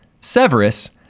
Severus